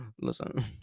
listen